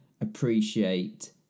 appreciate